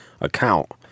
account